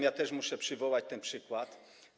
Ja też muszę przywołać ten przykład.